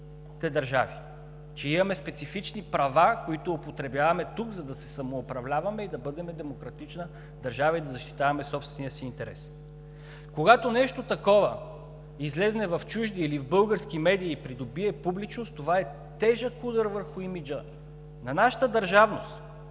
че имаме специфични права, които употребяваме тук, за да се самоуправляваме и да бъдем демократична държава, и да защитаваме собствения си интерес. Когато нещо такова излезе в чужди или в български медии и придобие публичност, това е тежък удар върху имиджа на нашата държавност